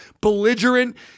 belligerent